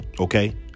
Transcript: Okay